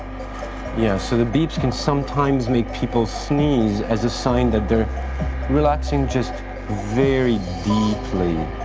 yeah so the beeps can sometimes make people sneeze as a sign that they're relaxing just very deeply.